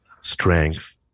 strength